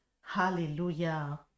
hallelujah